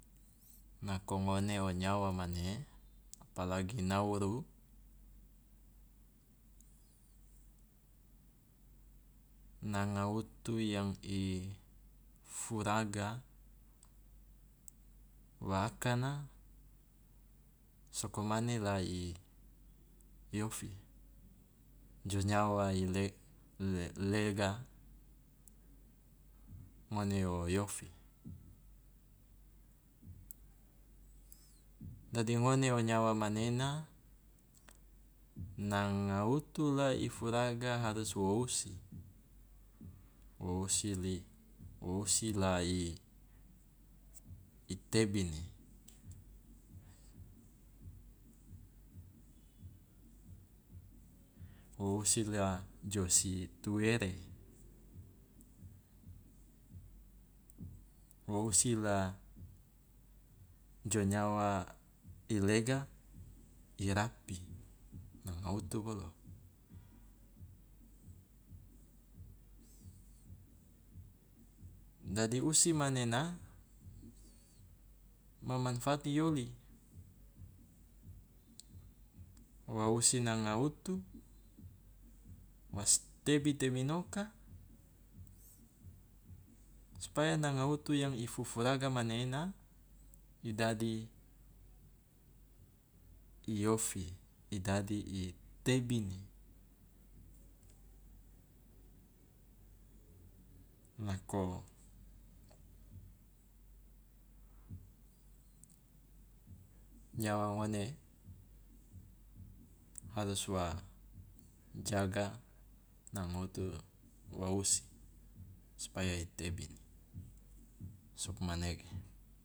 Nako ngone o nyawa mane, apalagi nauru nanga utu yang i furaga wa akana soko mane la i ofi jo nyawa i le- le- lega ngone o yofi, dadi ngone o nyawa manena nanga utu la i furaga harus wo usi, wo usi li- wo usi la i i tebini, wo usi la jo si tuere, wo usi la jo nyawa i lega i rapih nanga utu bolo. Dadi usi manena ma manfaat i oli, wa usi nanga utu, wasi tebi tebinoka, supaya nanga utu yang i fufuraga manena i dadi i ofi, i dadi i tebini. Nako nyawa ngone harus wa jaga nanga utu wa usi supaya i tebini, sugmanege.